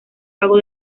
pago